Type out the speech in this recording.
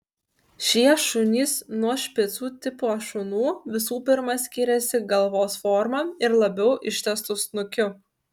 šie šunys nuo špicų tipo šunų visų pirma skyrėsi galvos forma ir labiau ištęstu snukiu